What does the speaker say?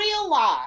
realize